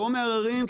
לא מערערים,